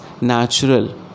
natural